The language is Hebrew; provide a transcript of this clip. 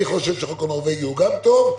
אני חושב שהחוק הנורווגי הוא גם טוב,